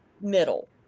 middle